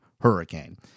hurricane